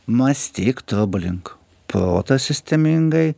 mąstyk tobulink protą sistemingai